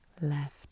left